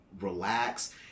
Relax